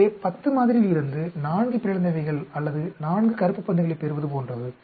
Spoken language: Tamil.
எனவே இது 10 மாதிரியில் இருந்து 4 பிறழ்ந்தவைகள் அல்லது 4 கருப்பு பந்துகளைப் பெறுவது போன்றது